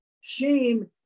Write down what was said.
shame